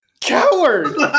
Coward